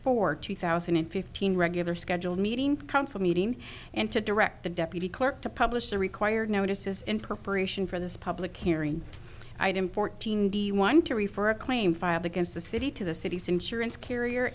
fourth two thousand and fifteen regular scheduled meeting council meeting and to direct the deputy clerk to publish the required notices in preparation for this public hearing item fourteen the one to refer a claim filed against the city to the city's insurance carrier